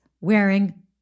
wearing